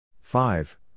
five